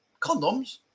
condoms